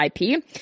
IP